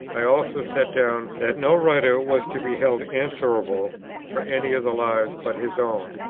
i also set down that no writer was to be held answerable for any of the lives but his own.